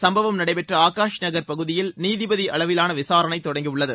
சும்பவம் நடைபெற்ற ஆகாஷ் நகர் பகுதியில் நீதிபதி அளவிலான விசாரணை தொடங்கியுள்ளது